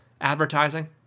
advertising